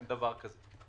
אין דבר כזה.